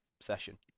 session